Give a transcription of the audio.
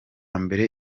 mbere